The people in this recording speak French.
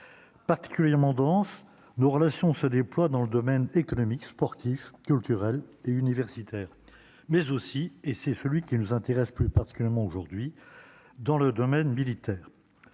particulièrement dense, nos relations se déploie dans le domaine économique, sportif, culturel et universitaire, mais aussi et c'est celui qui nous intéresse plus particulièrement aujourd'hui dans le domaine militaire,